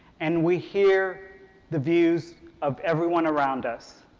and we hear the views of everyone around us.